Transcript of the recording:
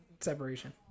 separation